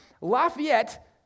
Lafayette